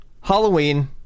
Halloween